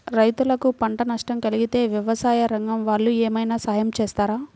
రైతులకు పంట నష్టం కలిగితే వ్యవసాయ రంగం వాళ్ళు ఏమైనా సహాయం చేస్తారా?